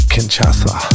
Kinshasa